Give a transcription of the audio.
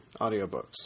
audiobooks